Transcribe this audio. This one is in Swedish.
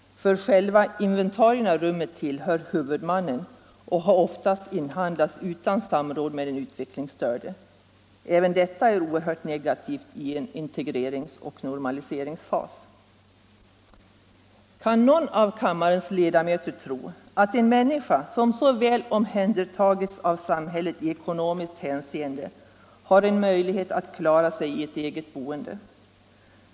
Själva inventarierna i rummet tillhör huvudmannen och har ofta inhandlats utan samråd med den utvecklingsstörde. Även detta är oerhört negativt i en integreringsoch normaliseringsfas. Kan någon av kammarens ledamöter tro att en människa som så väl omhändertagits av samhället i ekonomiskt hänseende har en möjlighet att klara sig i ett eget boende?